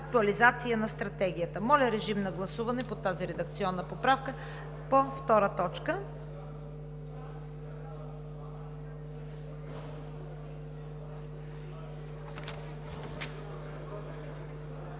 актуализация на Стратегията.“ Моля, режим на гласуване по тази редакционна поправка по втора точка.